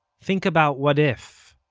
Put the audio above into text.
think about what if.